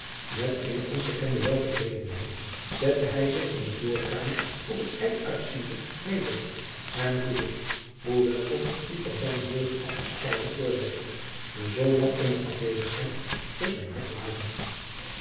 met eene ongekende weltevredenheid zette hij zich in de voorkamer op het uitziende neder en voelde hoe welkom die van zijne jeugd af beschouwde voorwerpen na zoolang eene afwezendheid voor zijn hart waren